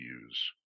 use